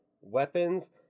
weapons